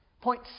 Point